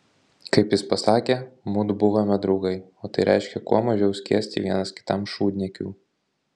kaip jis pasakė mudu buvome draugai o tai reiškė kuo mažiau skiesti vienas kitam šūdniekių